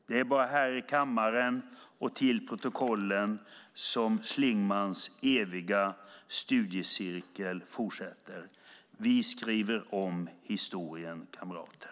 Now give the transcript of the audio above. Det är bara här i kammaren och till protokollet som Schlingmanns eviga studiecirkel fortsätter: Vi skriver om historien, kamrater.